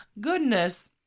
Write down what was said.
Goodness